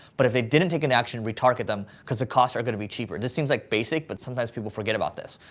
but if they didn't take an action retarget them because the costs are gonna be cheaper. this seems like basic but sometimes people forget about this.